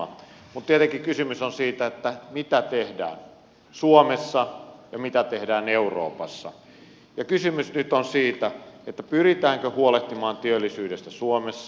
mutta tietenkin kysymys on siitä mitä tehdään suomessa ja mitä tehdään euroopassa ja kysymys nyt on siitä pyritäänkö huolehtimaan työllisyydestä suomessa